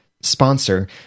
sponsor